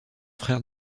frère